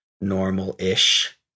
normal-ish